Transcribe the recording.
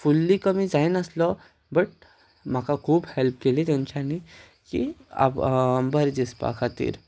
फुल्ली कमी जायनासलो बट म्हाका खूब हॅल्प केली तेंच्यांनी की बरें दिसपा खातीर